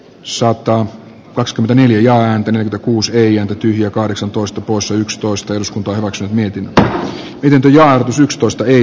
suotta koska veneily ja antaneen takuuseen ja tyhjä kahdeksantoista plus yksitoista iskun turhaksi mietin että kylpylän ostosta ei